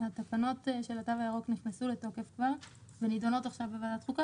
התקנות של התו הירוק כבר נכנסו לתוקף ונידונות עכשיו בוועדת החוקה,